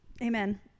Amen